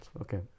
Okay